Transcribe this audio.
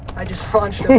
i just launched a